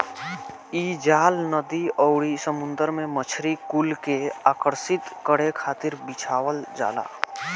इ जाल नदी अउरी समुंदर में मछरी कुल के आकर्षित करे खातिर बिछावल जाला